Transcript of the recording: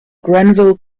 grenville